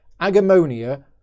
Agamonia